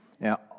Now